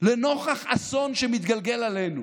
לנוכח אסון שמתגלגל עלינו.